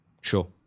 Sure